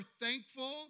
thankful